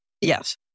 Yes